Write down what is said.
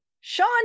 sean